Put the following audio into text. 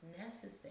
necessary